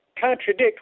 contradict